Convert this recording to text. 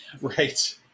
Right